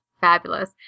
fabulous